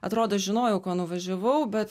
atrodo žinojau ko nuvažiavau bet